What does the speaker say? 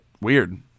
Weird